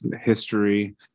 history